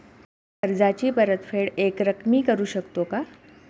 कर्जाची परतफेड एकरकमी करू शकतो का?